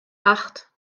acht